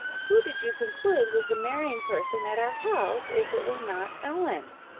who did you conclude was the marrying person at our house, if it were not ellen?